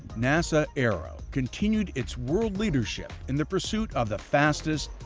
nasa aero continued its world leadership in the pursuit of the fastest,